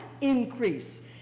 increase